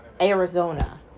Arizona